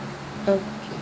okay